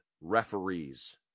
referees